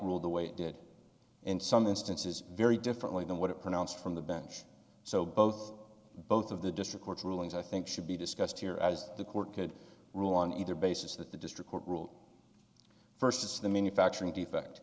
ruled the way it did in some instances very differently than what it pronounced from the bench so both both of the district court's rulings i think should be discussed here as the court could rule on either basis that the district court ruled versus the manufacturing defect